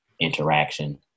interaction